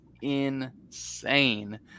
insane